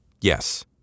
yes